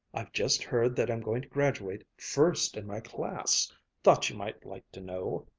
i've just heard that i'm going to graduate first in my class thought you might like to know.